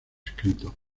escrito